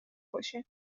کشه